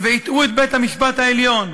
והטעו את בית-המשפט העליון,